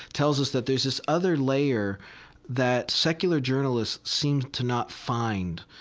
tells us that there's this other layer that secular journalists seem to not find.